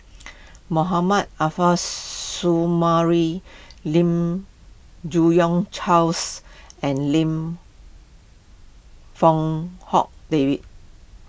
Mohammad Arif Lim Yi Yong Charles and Lim Fong Hock David